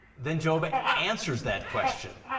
then job answers that question.